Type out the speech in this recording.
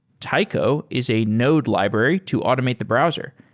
taico is a node library to automate the browser.